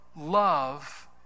love